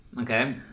Okay